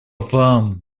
вам